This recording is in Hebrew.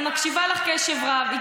אני מקשיבה לך בקשב רב.